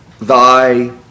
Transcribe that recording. thy